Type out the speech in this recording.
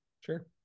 sure